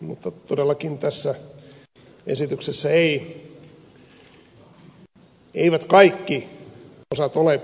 mutta todellakaan tässä esityksessä eivät kaikki osat ole pelkkää tekniikkaa